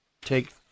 take